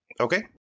Okay